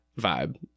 vibe